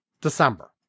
December